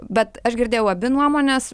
bet aš girdėjau abi nuomones